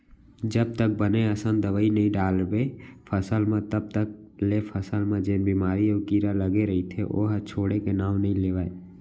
जब तक बने असन दवई नइ डालबे फसल म तब तक ले फसल म जेन बेमारी अउ कीरा लगे रइथे ओहा छोड़े के नांव नइ लेवय